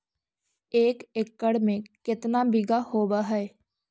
एक एकड़ में केतना बिघा होब हइ?